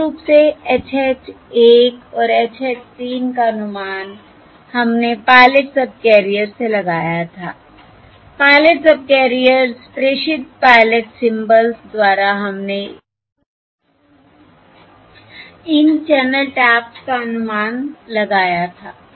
मूल रूप से H हैट 1 और H हैट 3 का अनुमान हमने पायलट सबकेरियर्स से लगाया था पायलट सबकैरियर्स प्रेषित पायलट सिंबल्स द्वारा हमने इन चैनल टैप्स का अनुमान लगाया था